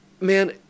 man